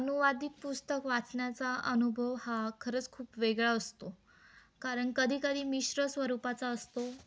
अनुवादिक पुस्तक वाचण्याचा अनुभव हा खरंच खूप वेगळा असतो कारण कधीकधी मिश्र स्वरूपाचा असतो